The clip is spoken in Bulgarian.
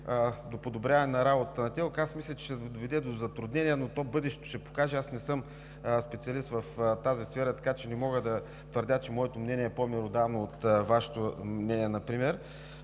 до подобряване на работата на ТЕЛК. Мисля, че ще доведе до затруднения, но бъдещето ще покаже. Не съм специалист в тази сфера, така че не мога да твърдя, че моето мнение е по меродавно от Вашето мнение, например.